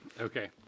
Okay